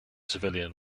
civilian